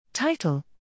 Title